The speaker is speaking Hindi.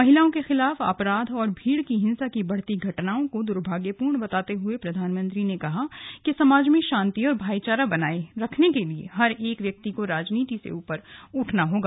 महिलाओँ के खिलाफ अपराध और भीड़ की हिंसा की बढ़ती घटनाओं को दुर्भाग्यपूर्ण बताते हुए प्रधानमंत्री ने कहा कि समाज में शांति और भाईचारा बनाए रखने के लिए हर एक व्यक्ति को राजनीति से ऊपर उठना होगा